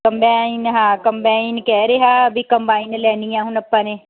combine ਹਾਂ combine ਕਹਿ ਰਿਹਾ ਵੀ ਕੰਬਾਈਨ ਲੈਣੀ ਆ ਹੁਣ ਆਪਾਂ ਨੇ